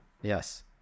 Yes